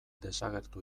desagertu